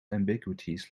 ambiguities